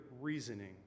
reasoning